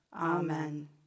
Amen